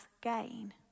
gain